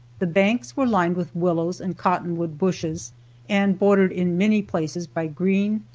the banks were lined with willows and cottonwood bushes and bordered in many places by green,